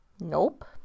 nope